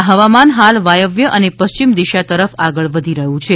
આ હવામાન હાલ વાયવ્ય અને પશ્ચિમ દિશા તરફ આગળ વધી રહ્યું છે